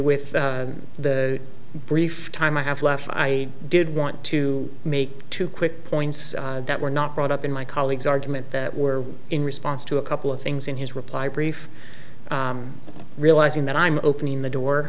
with the brief time i have left i did want to make two quick points that were not brought up in my colleague's argument that were in response to a couple of things in his reply brief realizing that i'm opening the door